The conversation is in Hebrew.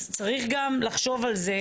אז צריך אולי לחשוב על זה.